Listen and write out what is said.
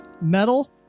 metal